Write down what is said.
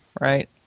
right